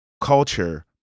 culture